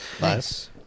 Nice